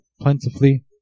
plentifully